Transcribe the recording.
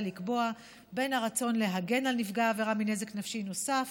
לקבוע בין הרצון להגן על נפגעי עבירה מנזק נפשי נוסף